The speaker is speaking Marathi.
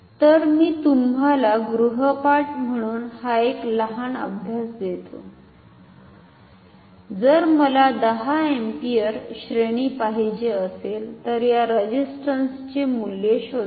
तर मी तुम्हाला ग्रुहपाठ म्हणुन हा एक लहान अभ्यास देतो जर मला 10 अँपिअर श्रेणी पाहिजे असेल तर या रेझिस्टंसचे मूल्य शोधा